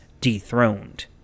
Dethroned